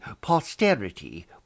posterity